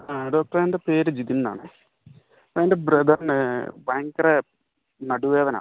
ആ ഡോക്ടറെ എൻ്റെ പേര് ജിതിൻ എന്നാണേ എൻ്റെ ബ്രദറിന് ഭയങ്കര നടുവേദന